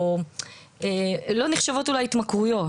או לא נחשבות אולי התמכרויות.